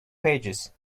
pages